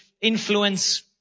influence